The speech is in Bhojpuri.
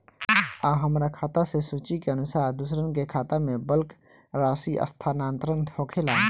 आ हमरा खाता से सूची के अनुसार दूसरन के खाता में बल्क राशि स्थानान्तर होखेला?